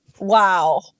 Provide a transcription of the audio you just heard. wow